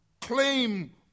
claim